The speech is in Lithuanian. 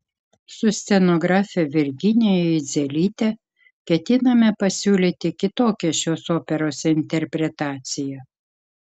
su scenografe virginija idzelyte ketiname pasiūlyti kitokią šios operos interpretaciją